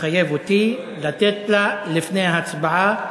מחייב אותי לתת לה לפני ההצבעה,